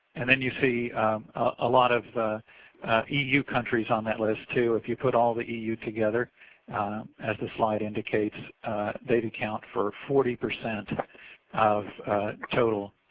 and then you see a lot of eu countries on that list too. if you put all the eu together as the slide indicates theyid account for forty percent of total